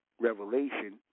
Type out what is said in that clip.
Revelation